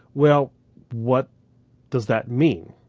well what does that mean?